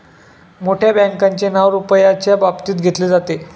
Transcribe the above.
मोठ्या बँकांचे नाव रुपयाच्या बाबतीत घेतले जाते